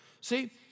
See